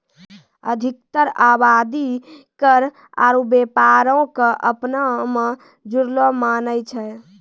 अधिकतर आवादी कर आरु व्यापारो क अपना मे जुड़लो मानै छै